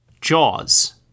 Jaws